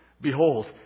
Behold